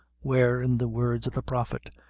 where, in the words of the prophet,